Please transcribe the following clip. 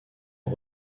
aux